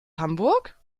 hamburg